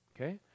okay